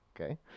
Okay